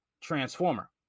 Transformer